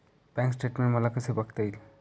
Bank statement मला कसे बघता येईल?